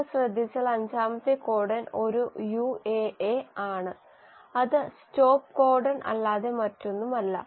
നിങ്ങൾ ശ്രദ്ധിച്ചാൽ അഞ്ചാമത്തെ കോഡൺ ഒരു UAA ആണ് അത് സ്റ്റോപ്പ് കോഡൺ അല്ലാതെ മറ്റൊന്നുമല്ല